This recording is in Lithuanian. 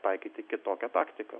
taikyti kitokią taktiką